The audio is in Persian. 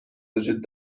وجود